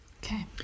Okay